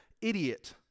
idiot